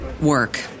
work